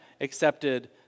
accepted